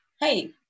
hey